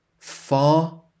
far